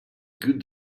good